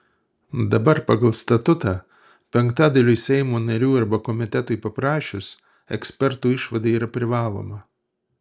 dabar pagal statutą penktadaliui seimo narių arba komitetui paprašius ekspertų išvada yra privaloma